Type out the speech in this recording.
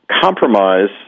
compromise